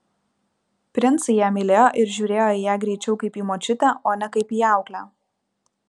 princai ją mylėjo ir žiūrėjo į ją greičiau kaip į močiutę o ne kaip į auklę